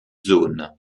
zone